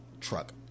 Truck